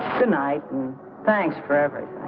the night thanks for having.